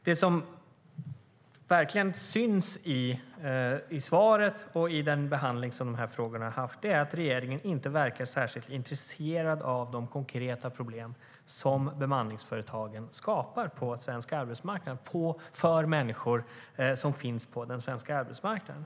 Det som verkligen syns i svaret och i den behandling som de här frågorna har fått är att regeringen inte verkar särskilt intresserad av de konkreta problem som bemanningsföretagen skapar för människor på den svenska arbetsmarknaden.